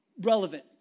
relevant